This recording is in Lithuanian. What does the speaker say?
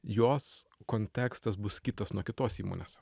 jos kontekstas bus kitas nuo kitos įmonės